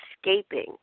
escaping